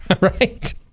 Right